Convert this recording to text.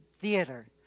theater